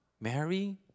mary